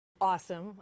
Awesome